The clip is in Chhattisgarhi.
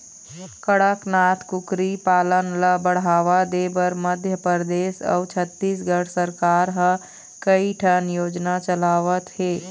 कड़कनाथ कुकरी पालन ल बढ़ावा देबर मध्य परदेस अउ छत्तीसगढ़ सरकार ह कइठन योजना चलावत हे